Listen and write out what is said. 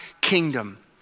kingdom